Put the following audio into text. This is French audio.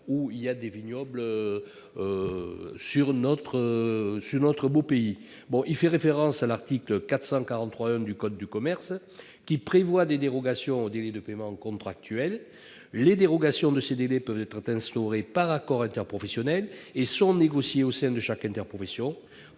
trouvent des vignobles. Il y est fait référence à l'article L. 443-1 du code de commerce, lequel prévoit des dérogations aux délais de paiement contractuels. Ces dérogations peuvent être instaurées par accord interprofessionnel, et sont négociées au sein de chaque interprofession.